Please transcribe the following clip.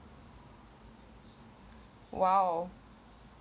!wow!